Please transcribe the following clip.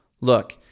Look